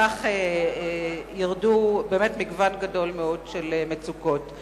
כך נשתחרר ממצוקות רבות.